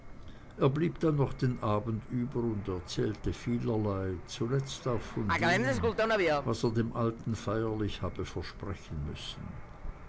er blieb dann noch den abend über und erzählte vielerlei zuletzt auch von dem was er dem alten feierlich habe versprechen müssen